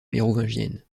mérovingienne